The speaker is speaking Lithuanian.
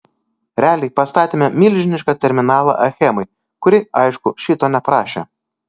realiai pastatėme milžinišką terminalą achemai kuri aišku šito neprašė